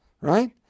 right